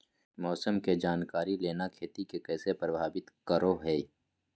मौसम के जानकारी लेना खेती के कैसे प्रभावित करो है?